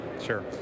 Sure